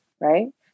right